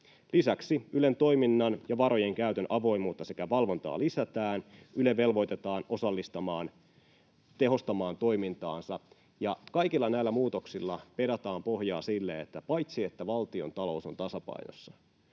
Lisäksi Ylen toiminnan ja varojen käytön avoimuutta sekä valvontaa lisätään, Yle velvoitetaan tehostamaan toimintaansa. Kaikilla näillä muutoksilla pedataan pohjaa sille, että paitsi valtiontalous on tasapainossa